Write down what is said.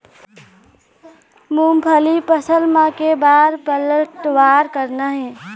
मूंगफली फसल म के बार पलटवार करना हे?